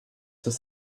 dass